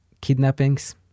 kidnappings